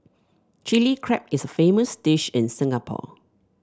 Chilli Crab is a famous dish in Singapore